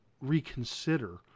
reconsider